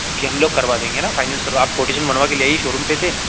बाकी हम लोग करवा देंगे ना फ़ाइनैंस करो आप कोटेशन बनवा के ले आइए शोरूम पर से